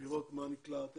לראות מה נקלט,